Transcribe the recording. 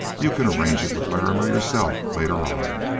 you can arrange it with larrimer yourself later on.